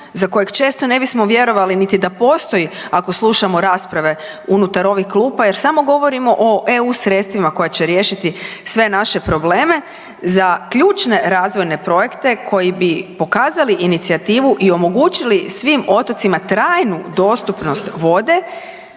za kojeg često ne bismo vjerovali niti da postoji ako slušamo rasprave unutar ovih klupa jer samo govorimo o eu sredstvima koja će riješiti sve naše probleme, za ključne razvojne projekte koji bi pokazali inicijativu i omogućili svim otocima trajnu dostupnost vode,